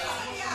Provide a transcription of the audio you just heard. לוועדה.